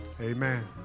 amen